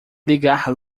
ligar